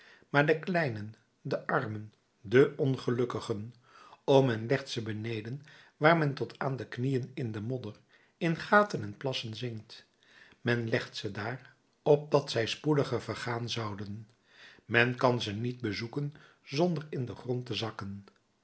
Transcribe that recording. maar de kleinen de armen de ongelukkigen o men legt ze beneden waar men tot aan de knieën in de modder in gaten en plassen zinkt men legt ze daar opdat zij spoediger vergaan zouden men kan ze niet bezoeken zonder in den grond te zakken